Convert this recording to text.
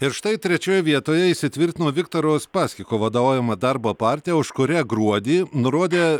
ir štai trečioje vietoje įsitvirtino viktoro uspaskicho vadovaujama darbo partija už kurią gruodį nurodė